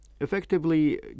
effectively